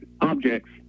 objects